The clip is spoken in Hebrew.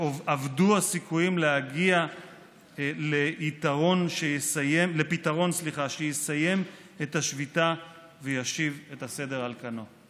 שאבדו הסיכויים להגיע לפתרון שיסיים את השביתה וישיב את הסדר על כנו.